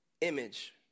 image